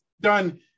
done